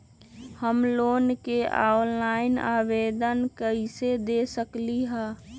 हम लोन के ऑनलाइन आवेदन कईसे दे सकलई ह?